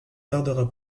tardera